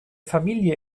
familie